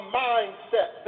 mindset